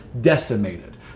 decimated